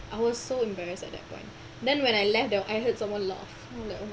I was so embarrassed at that point then when I left there I heard someone laugh ya allah